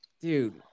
Dude